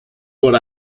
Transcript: what